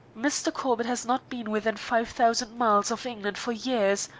mr. corbett has not been within five thousand miles of england for years,